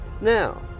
Now